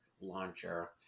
launcher